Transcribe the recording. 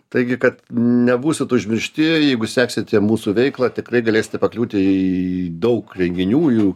taigi kad nebūsit užmiršti jeigu seksite mūsų veiklą tikrai galėsite pakliūti į daug renginių jų